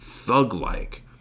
thug-like